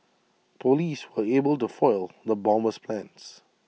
Police were able to foil the bomber's plans